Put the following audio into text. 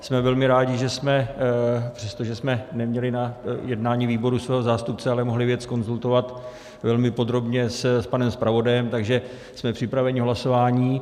Jsme velmi rádi, že jsme, přestože jsme neměli na jednání výboru svého zástupce, ale mohli věc konzultovat velmi podrobně s panem zpravodajem, takže jsme připraveni k hlasování.